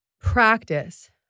Practice